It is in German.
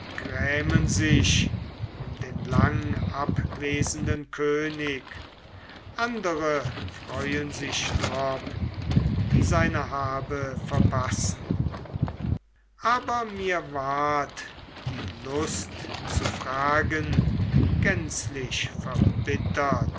grämen sich um den langabwesenden könig andere freuen sich drob die seine habe verprassen aber mir ward die lust zu fragen gänzlich verbittert